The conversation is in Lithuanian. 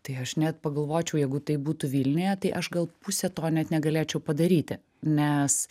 tai aš net pagalvočiau jeigu tai būtų vilniuje tai aš gal pusė to net negalėčiau padaryti nes